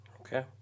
Okay